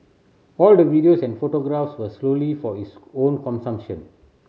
all the videos and photographs were solely for his own consumption